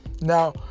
now